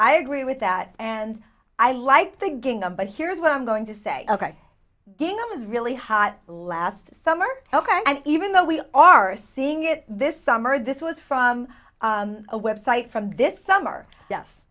i agree with that and i like thinking about here's what i'm going to say ok that was really hot last summer ok and even though we are seeing it this summer this was from a website from this summer yes